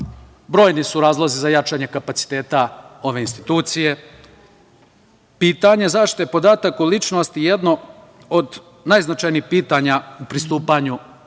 Brojni su razlozi za jačanje kapaciteta ove institucije. Pitanje zašto je podatak o ličnosti jedno od najznačajnijih pitanja u pristupanju